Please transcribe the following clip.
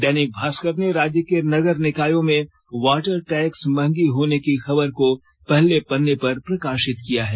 दैनिक भास्कर ने राज्य के नगर निकायों में वाटर टैक्स महंगी होने की खबर को पहले पन्ने पर प्रकाशित किया है